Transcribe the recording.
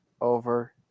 over